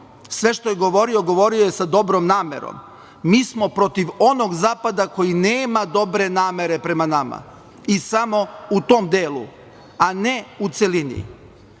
Sve što je govorio, govorio je sa dobrom namerom. Mi smo protiv onog zapada koji nema dobre namere prema nama, i samo u tom delu, a ne u celini. Oko